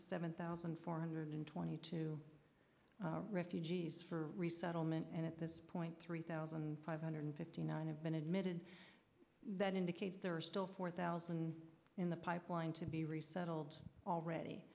seven thousand four hundred twenty two refugees for resettlement and at this point three thousand five hundred fifty nine have been admitted that indicate there are still four thousand in the pipeline to be resettled already